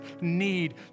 need